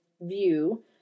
view